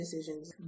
decisions